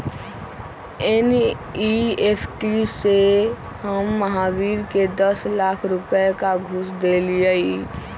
NEFT से हम महावीर के दस लाख रुपए का घुस देलीअई